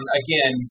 again